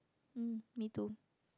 mm me too